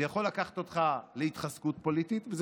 זה יכול לקחת אותך להתחזקות פוליטית וזה